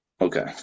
Okay